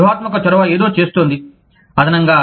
వ్యూహాత్మక చొరవ ఏదో చేస్తోంది అదనంగా